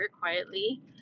quietly